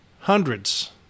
hundreds